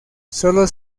solo